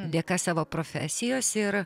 dėka savo profesijos ir